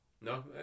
No